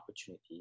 opportunity